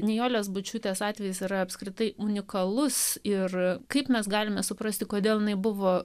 nijolės bučiūtės atvejis yra apskritai unikalus ir kaip mes galime suprasti kodėl jinai buvo